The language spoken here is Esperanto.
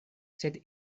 sed